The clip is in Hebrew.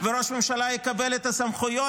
וראש הממשלה יקבל את הסמכויות,